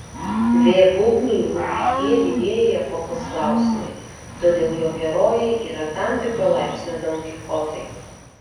v bubniui rūpi tie didieji epochos klausimai todėl jo herojai yra tam tikro laipsnio donkichotai